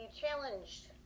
challenged